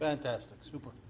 fantastic, super.